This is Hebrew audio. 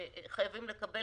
שחייבים לקבל.